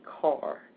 car